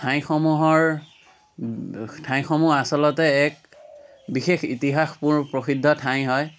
ঠাইসমূহৰ ঠাইসমূহ আচলতে এক বিশেষ ইতিহাস প প্ৰসিদ্ধ ঠাই হয়